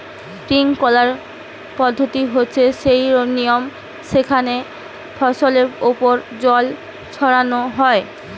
sprinkler পদ্ধতি হচ্ছে সেই নিয়ম যেখানে ফসলের ওপর জল ছড়ানো হয়